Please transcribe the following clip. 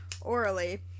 orally